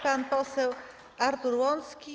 Pan poseł Artur Łącki.